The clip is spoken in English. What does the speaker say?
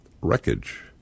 wreckage